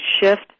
shift